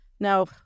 Now